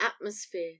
atmosphere